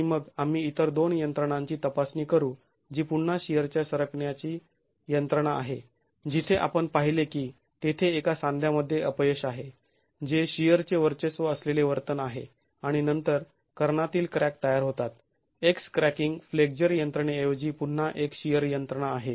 आणि मग आम्ही इतर दोन यंत्रणांची तपासणी करू जी पुन्हा शिअरच्या सरकण्याची यंत्रणा आहे जिथे आपण पाहिले की तेथे एका सांध्यामध्ये अपयश आहे जे शिअरचे वर्चस्व असलेले वर्तन आहे आणि नंतर कर्णातील क्रॅक तयार होतात एक्स क्रॅकिंग फ्लेक्झर यंत्रणे ऐवजी पुन्हा एक शिअर यंत्रणा आहे